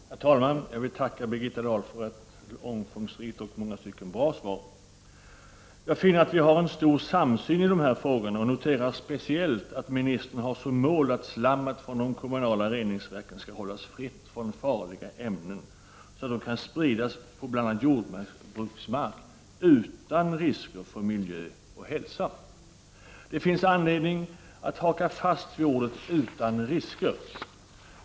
Herr talman! Jag vill tacka Birgitta Dahl för ett omfångsrikt och i många stycken bra svar. Jag finner att vi har en stor samsyn i dessa frågor och noterar speciellt att ministern har som mål att slammet från de kommunala reningsverken skall hållas fritt från farliga ämnen, så att det kan spridas på bl.a. jordbruksmark utan risker för miljö och hälsa. Det finns anledning att haka fast vid uttrycket ”utan risker”.